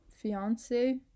fiance